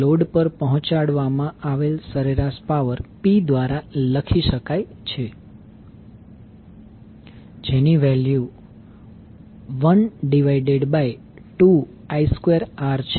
load પર પહોંચાડવામાં આવેલ સરેરાશ પાવર P દ્વારા લખી શકાય છે જેની વેલ્યુ 1 2I2R છે